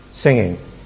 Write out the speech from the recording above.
singing